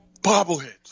Bobbleheads